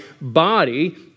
body